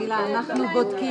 תהילה, אנחנו בודקים.